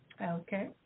Okay